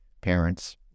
parents